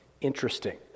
Interesting